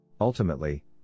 Ultimately